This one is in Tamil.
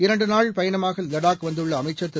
இரண்டுநாள் பயணமாகலடாக் வந்துள்ளஅமைச்சர் திரு